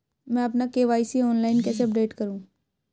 मैं अपना KYC online कैसे अपडेट करूँ?